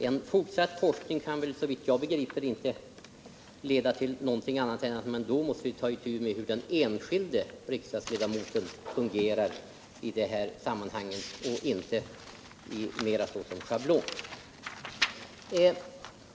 En fortsatt forskning kan, såvitt jag begriper, inte leda till något annat än att man måste ta itu med hur den enskilde riksdagsledamoten fungerar i det här sammanhanget, och inte bara se till en schablon.